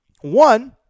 One